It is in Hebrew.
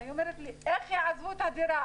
היא אומרת לי: איך יעזבו את הדירה?